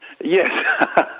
Yes